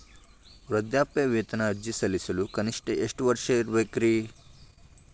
ವೃದ್ಧಾಪ್ಯವೇತನ ಅರ್ಜಿ ಸಲ್ಲಿಸಲು ಕನಿಷ್ಟ ಎಷ್ಟು ವಯಸ್ಸಿರಬೇಕ್ರಿ?